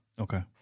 Okay